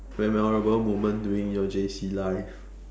memorable moment during your J_C life